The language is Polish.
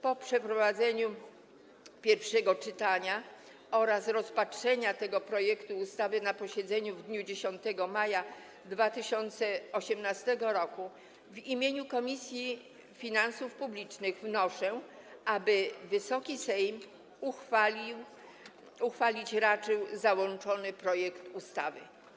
Po przeprowadzeniu pierwszego czytania oraz rozpatrzeniu tego projektu ustawy na posiedzeniu w dniu 10 maja 2018 r. w imieniu Komisji Finansów Publicznych wnoszę, aby Wysoki Sejm raczył uchwalić załączony projekt ustawy.